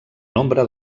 nombre